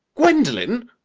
gwendolen!